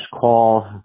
call